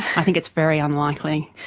i think it's very unlikely.